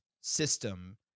system